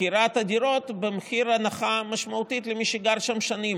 את מכירת הדירות בהנחה משמעותית למי שגר שם שנים.